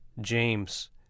James